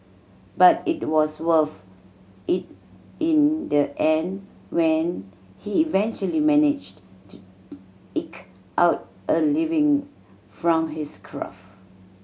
but it was worth it in the end when he eventually managed to eke out a living from his craft